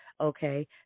okay